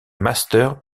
masters